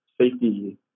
safety